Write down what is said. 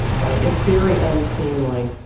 right. it's very unseemly.